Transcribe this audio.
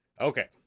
Okay